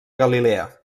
galilea